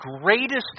greatest